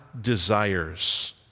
desires